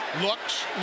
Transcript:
looks